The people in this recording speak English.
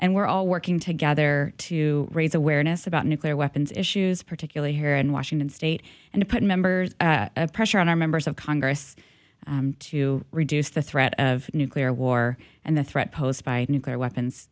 and we're all working together to raise awareness about nuclear weapons issues particularly here in washington state and to put members pressure on our members of congress to reduce the threat of nuclear war and the threat posed by nuclear weapons